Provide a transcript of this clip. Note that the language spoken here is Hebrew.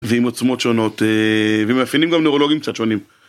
ועם עוצמות שונות, ומאפיינים גם נורולוגים קצת שונים.